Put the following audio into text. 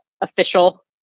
official